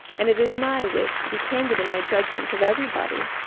and it is my wish to be candid in my judgment of every body.